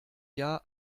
jahr